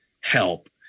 help